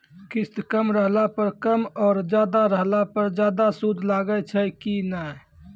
किस्त कम रहला पर कम और ज्यादा रहला पर ज्यादा सूद लागै छै कि नैय?